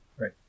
Right